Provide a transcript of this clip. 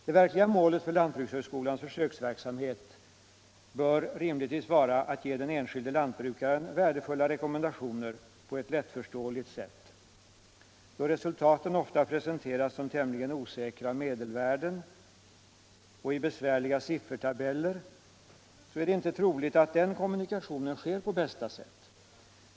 Det verkliga målet för lantbrukshögskolans försöksverksamhet bör rimligtvis vara att ge den enskilde lantbrukaren värdefulla rekommendationer på ett lättförståeligt sätt. Då resultaten ofta presenteras som tämligen osäkra medelvärden och i besvärliga siffertabeller är det inte troligt att den kommunikationen sker på bästa sätt.